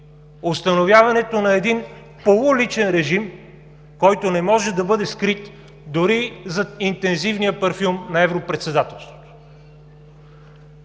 установяването на един полуличен режим, който не може да бъде скрит дори зад интензивния парфюм на Европредседателството.